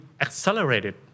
accelerated